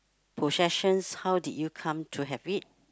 possessions how did you come to have it